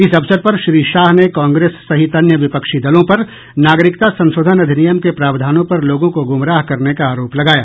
इस अवसर पर श्री शाह ने कांग्रेस सहित अन्य विपक्षी दलों पर नागरिकता संशोधन अधिनियम के प्रावधानों पर लोगों को गुमराह करने का आरोप लगाया